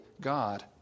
God